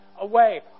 away